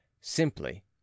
simply